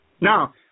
Now